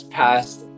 passed